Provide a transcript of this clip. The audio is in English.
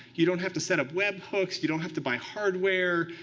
you don't have to set up webhooks. you don't have to buy hardware,